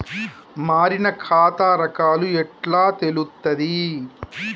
మారిన ఖాతా రకాలు ఎట్లా తెలుత్తది?